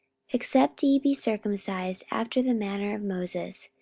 except ye be circumcised after the manner of moses,